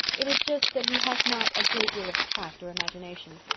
it is just that he has not a great deal of tact or imagination.